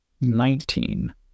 nineteen